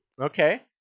Okay